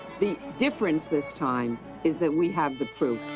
the difference this time is that we have the proof.